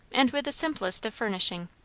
and with the simplest of furnishing.